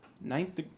ninth